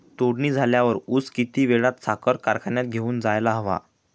तोडणी झाल्यावर ऊस किती वेळात साखर कारखान्यात घेऊन जायला हवा?